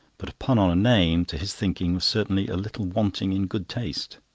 but a pun on a name, to his thinking, was certainly a little wanting in good taste.